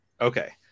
Okay